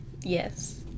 yes